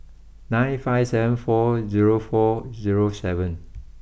nine five seven four zero four zero seven